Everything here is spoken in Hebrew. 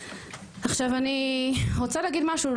עכשיו אני רוצה להגיד משהו,